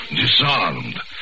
disarmed